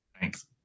Thanks